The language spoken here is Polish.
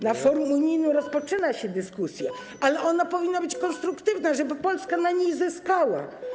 Na forum unijnym rozpoczyna się dyskusja, ale ona powinna być konstruktywna, żeby Polska na niej zyskała.